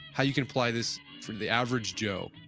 how you can apply this for the average joe.